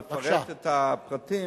לפרט את הפרטים,